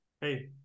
hey